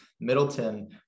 Middleton